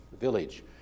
Village